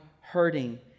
hurting